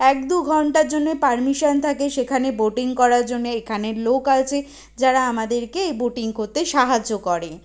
এক দু ঘন্টার জন্যে পারমিশন থাকে সেখানে বোটিং করার জন্যে এখানে লোক আছে যারা আমাদেরকে বোটিং করতে সাহায্য করে